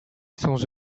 sans